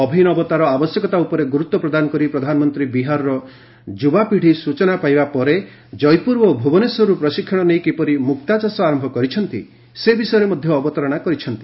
ଅଭିନବତାର ଆବଶ୍ୟକତା ଉପରେ ଗୁରୁତ୍ୱ ପ୍ରଦାନ କରି ପ୍ରଧାନମନ୍ତ୍ରୀ ବିହାରର ଯୁବାପିଢ଼ି ସ୍ଚଚନା ପାଇବା ପରେ ଜୟପୁର ଓ ଭୁବନେଶ୍ୱରରୁ ପ୍ରଶିକ୍ଷଣ ନେଇ କିପରି ମୁକ୍ତା ଚାଷ ଆରମ୍ଭ କରିଛନ୍ତି ସେ ବିଷୟରେ ମଧ୍ୟ ଅବତାରଣା କରିଛନ୍ତି